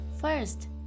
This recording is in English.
First